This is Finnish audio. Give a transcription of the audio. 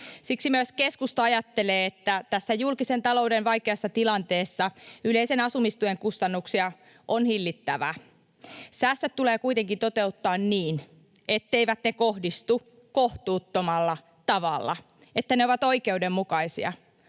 Siksi myös keskusta ajattelee, että tässä julkisen talouden vaikeassa tilanteessa yleisen asumistuen kustannuksia on hillittävä. Säästöt tulee kuitenkin toteuttaa niin, etteivät ne kohdistu kohtuuttomalla tavalla, että ne ovat oikeudenmukaisia.